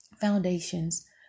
Foundations